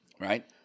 right